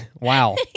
Wow